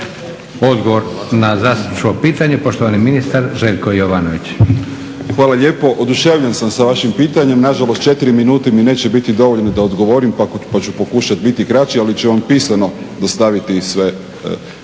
Odgovor na zastupničko pitanje poštovani ministar Željko Jovanović.